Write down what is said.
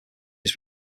his